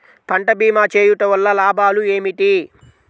పంట భీమా చేయుటవల్ల లాభాలు ఏమిటి?